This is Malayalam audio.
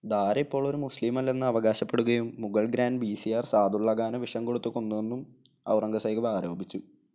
ദാര ഇപ്പോൾ ഒരു മുസ്ലീം അല്ലെന്ന് അവകാശപ്പെടുകയും മുഗൾ ഗ്രാൻഡ് വിസിയാർ സാദുള്ളഖാനെ വിഷം കൊടുത്ത് കൊന്നുവെന്നും ഔറംഗസേബ് ആരോപിച്ചു